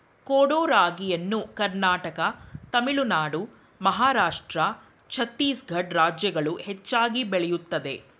ಕೊಡೋ ರಾಗಿಯನ್ನು ಕರ್ನಾಟಕ ತಮಿಳುನಾಡು ಮಹಾರಾಷ್ಟ್ರ ಛತ್ತೀಸ್ಗಡ ರಾಜ್ಯಗಳು ಹೆಚ್ಚಾಗಿ ಬೆಳೆಯುತ್ತದೆ